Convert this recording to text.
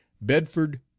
Bedford